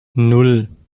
nan